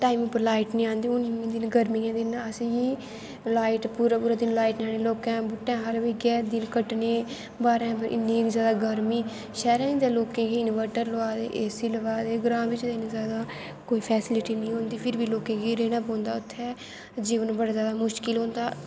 time पर light नी आंदी हून गर्मियें दे दिन न हून असेंगी लाईट पूरा पूरा दिन लाई नी आनी लोकैं बहूटैं खल्ल बेहियै दिन कट्टनें बाह्रैं इन्नी जादा गर्मीं शैह्रैं च तां लोकैं इन्वेट्र लादे ए सी लवाए दे ग्रांऽ बिच्च कोई इन्नी जादा फैसलिटी नी होंदी फिर बी लोकें गी रैह्ना पौंदा उत्थें जीवन बड़ा जादा मुशकिल होंदा